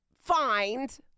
find